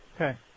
okay